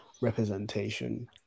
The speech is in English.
representation